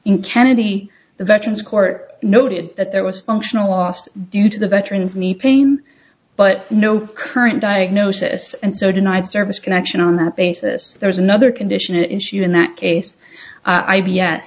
in kennedy the veterans court noted that there was functional loss due to the veterans me pain but no current diagnosis and so denied service connection on that basis there is another condition issue in that case i